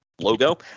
logo